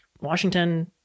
washington